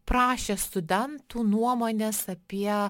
prašė studentų nuomonės apie